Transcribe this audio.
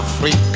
Afrika